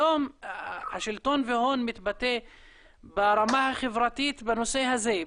היום, השלטון והון מתבטא ברמה החברתית בנושא הזה.